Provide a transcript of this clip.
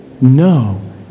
no